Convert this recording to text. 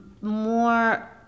more